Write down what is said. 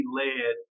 led